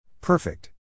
Perfect